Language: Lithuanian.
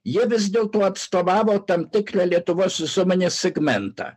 jie vis dėlto atstovavo tam tikrą lietuvos visuomenės segmentą